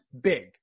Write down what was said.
big